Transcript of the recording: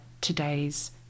today's